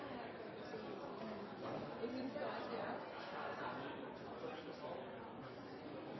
president, det er det